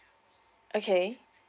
okay